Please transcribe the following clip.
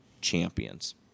champions